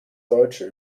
deutsche